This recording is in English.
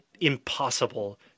impossible